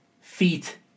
feet